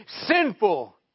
sinful